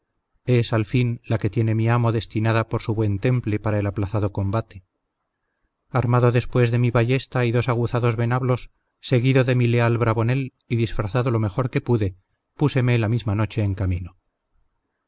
es al fin la que tiene mi amo destinada por su buen temple para el aplazado combate armado después de mi ballesta y dos aguzados venablos seguido de mi leal bravonel y disfrazado lo mejor que pude púseme la misma noche en camino